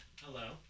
Hello